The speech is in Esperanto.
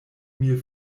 mil